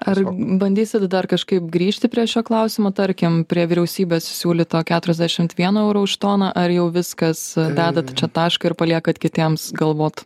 ar bandysit dar kažkaip grįžti prie šio klausimo tarkim prie vyriausybės siūlyto keturiasdešimt vieno euro už toną ar jau viskas dedat čia tašką ir paliekat kitiems galvot